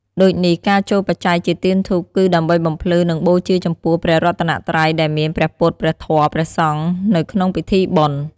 ដូចនេះការចូលបច្ច័យជាទៀនធូប គឺដើម្បីបំភ្លឺ និងបូជាចំពោះព្រះរតនត្រ័យ ដែលមាន ព្រះពុទ្ធ ព្រះធម៌ ព្រះសង្ឃ នៅក្នុងពិធីបុណ្យ។